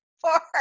Four